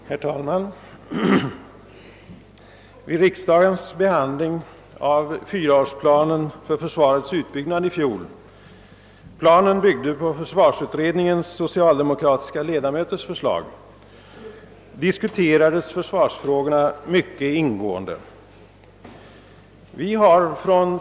Herr talman! Vid riksdagens behandling av fyraårsplanen för försvarets utbyggnad i fjol — planen byggde på försvarsutredningens socialdemokratiska ledamöters förslag — diskuterades försvarsfrågorna mycket ingående.